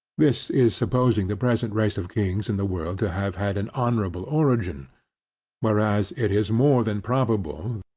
this is supposing the present race of kings in the world to have had an honorable origin whereas it is more than probable,